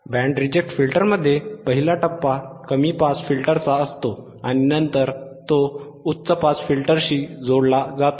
band reject फिल्टरमध्ये पहिला टप्पा कमी पास फिल्टरचा असतो आणि नंतर तो उच्च पास फिल्टरशी जोडला जातो